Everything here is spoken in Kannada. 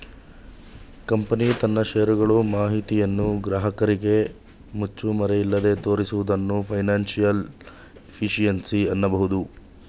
ಕಂಪನಿ ತನ್ನ ಶೇರ್ ಗಳು ಮಾಹಿತಿಯನ್ನು ಗ್ರಾಹಕರಿಗೆ ಮುಚ್ಚುಮರೆಯಿಲ್ಲದೆ ತೋರಿಸುವುದನ್ನು ಫೈನಾನ್ಸಿಯಲ್ ಎಫಿಷಿಯನ್ಸಿ ಅನ್ನಬಹುದು